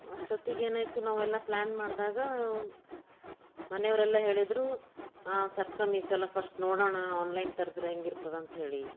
ಅಷ್ಟೊತ್ತಿಗೆ ಏನಾಯಿತು ನಾವೆಲ್ಲ ಪ್ಲ್ಯಾನ್ ಮಾಡಿದಾಗ ಮನೆಯವರೆಲ್ಲ ಹೇಳಿದರು ಹಾಂ ತರ್ಸಿ ಅಮ್ಮಿ ಈ ಸಲ ಫಶ್ಟ್ ನೋಡೋಣ ಆನ್ಲೈನ್ ತರ್ಸ್ರಿ ಹೆಂಗಿರ್ತದೆ ಅಂಥೇಳಿ